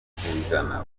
ijana